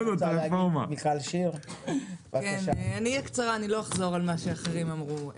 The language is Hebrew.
אני אהיה קצרה, אני לא אחזור על מה שאחרים אמרו.